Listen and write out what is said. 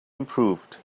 improved